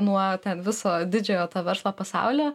nuo viso didžiojo to verslo pasauly